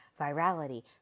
virality